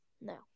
No